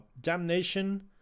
damnation